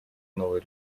новой